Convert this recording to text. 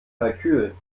kalkül